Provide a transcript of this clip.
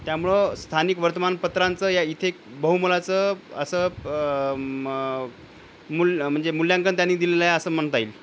त्यामुळं स्थानिक वर्तमानपत्रांचं या इथे बहुमोलाचं असं मल म्हणजे मूल्यांकन त्यानी दिलेलं आहे असं म्हणता येईल